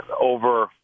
over